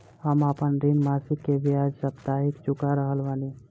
हम आपन ऋण मासिक के बजाय साप्ताहिक चुका रहल बानी